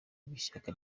bw’ishyaka